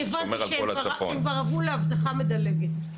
הבנתי שהם כבר עברו לאבטחה מדלגת.